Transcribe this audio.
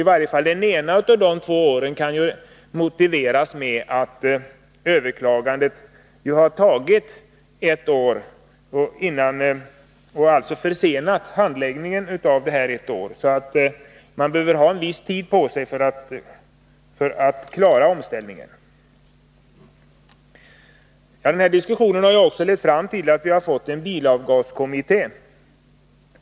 I vart fall det ena av dessa två år kan motiveras med att överklagandeprocessen har tagit ett år och alltså försenat handläggningen med samma tid. Bilindustrin behöver ju viss tid på sig för att klara omställningen. Den diskussion som har förekommit har också lett fram till att vi har fått en bilavgaskommitté.